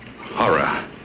Horror